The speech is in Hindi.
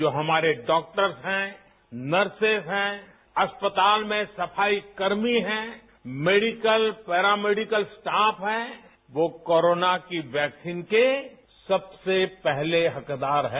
जो हमारे डाक्टर्स हैं नर्सिस हैं अस्पताल में सफाईकर्मी हैं मेडिकल पेरामैडिकल स्टाफ हैं वो कोरोना की वैक्सीन के सबसे पहले हकदार हैं